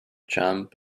jump